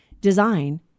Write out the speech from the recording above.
design